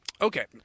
Okay